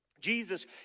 Jesus